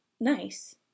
nice